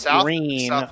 green